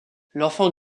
l’enfant